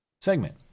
segment